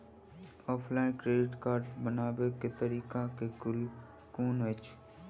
Offline credit card बनाबै केँ तरीका केँ कुन अछि?